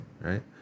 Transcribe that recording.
right